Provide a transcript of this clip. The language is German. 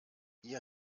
ihr